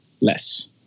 less